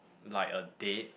like a day